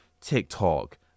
TikTok